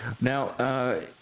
Now